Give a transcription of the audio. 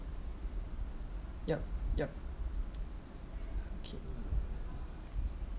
yup yup okay